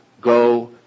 go